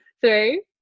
Three